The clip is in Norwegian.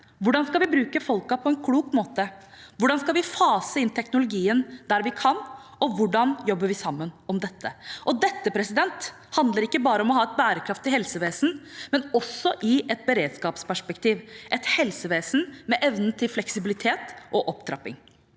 Hvordan skal vi bruke folkene på en klok måte, hvordan skal vi fase inn teknologien der vi kan, og hvordan jobber vi sammen om dette? Dette handler ikke bare om å ha et bærekraftig helsevesen, men i et beredskapsperspektiv et helsevesen med evnen til fleksibilitet og opptrapping.